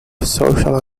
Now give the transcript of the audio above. social